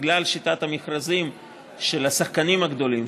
בגלל שיטת המכרזים של השחקנים הגדולים,